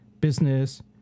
business